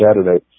Saturday